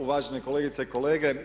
Uvaženi kolegice i kolege.